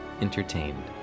entertained